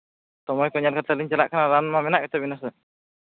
ᱥᱚᱢᱚᱭ ᱠᱚ ᱧᱮᱞ ᱠᱟᱛᱮᱫ ᱞᱤᱧ ᱪᱟᱞᱟᱜ ᱠᱟᱱᱟ ᱨᱟᱱ ᱢᱟ ᱢᱮᱱᱟᱜ ᱜᱮᱛᱟᱵᱤᱱᱟ ᱥᱮ